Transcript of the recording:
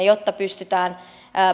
jotta pystytään